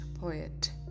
poet